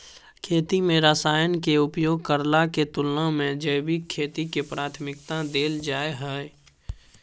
खेती में रसायन के उपयोग करला के तुलना में जैविक खेती के प्राथमिकता दैल जाय हय